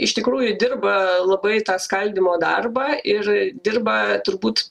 iš tikrųjų dirba labai tą skaldymo darbą ir dirba turbūt